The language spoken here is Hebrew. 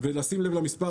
-- לשים לב למספר